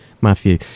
Matthew